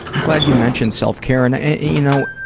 i'm glad you mentioned self-care and and you you know